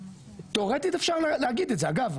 תיאורטית אפשר להגיד את זה אגב,